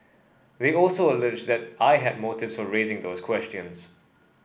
they also alleged that I had motives for raising those questions